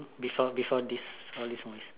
before before this before this one